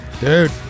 Dude